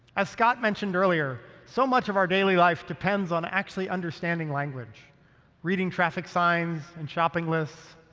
as scott mentioned earlier, so much of our daily life depends on actually understanding language reading traffic signs and shopping lists,